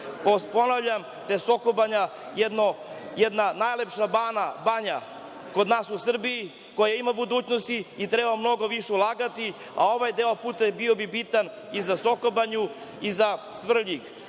Ponavljam da je Sokobanja jedna od najlepših banja u Srbiji koja ima budućnosti i treba mnogo više ulagati. Ovaj deo puta bi bio bitan i za Sokobanju i za Svrljig,